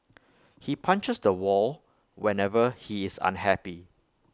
he punches the wall whenever he is unhappy